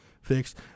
fixed